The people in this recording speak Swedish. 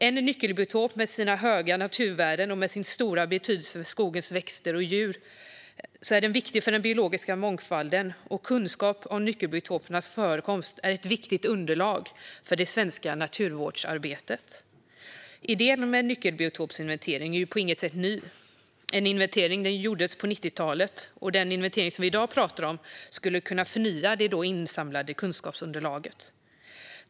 En nyckelbiotop med sina höga naturvärden och med sin stora betydelse för skogens växter och djur är viktig för den biologiska mångfalden, och kunskap om nyckelbiotopernas förekomst är ett viktigt underlag för det svenska naturvårdsarbetet. Idén med nyckelbiotopsinventeringen är på inget sätt ny. En inventering gjordes på 90-talet, och den inventering som vi i dag talar om skulle kunna förnya det då insamlade kunskapsunderlaget.